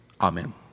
Amen